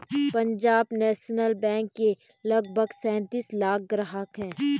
Punjab national bank के लगभग सैंतीस लाख ग्राहक हैं